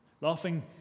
laughing